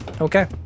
Okay